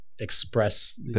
express